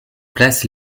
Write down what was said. place